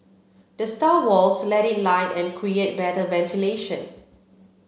the stair walls let in light and create better ventilation